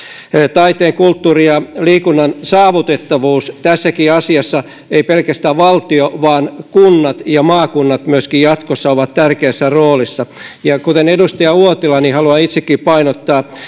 taiteen kulttuurin ja liikunnan saavutettavuus tässäkin asiassa ei pelkästään valtio vaan kunnat ja myöskin maakunnat jatkossa ovat tärkeässä roolissa kuten edustaja uotila haluan itsekin painottaa